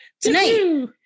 Tonight